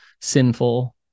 sinful